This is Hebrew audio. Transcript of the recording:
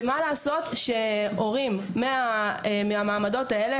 ומה לעשות שהורים מהמעמדות האלה,